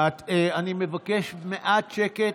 אני מבקש מעט שקט,